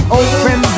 open